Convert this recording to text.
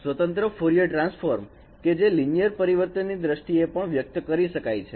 સ્વતંત્ર Fourier transform કે જે લીનિયર પરિવર્તન ની દ્રષ્ટિએ પણ વ્યક્ત કરી શકાય છે